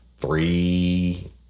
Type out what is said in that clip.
three